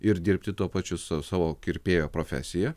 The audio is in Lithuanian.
ir dirbti tuo pačiu su savo kirpėjo profesija